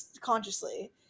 consciously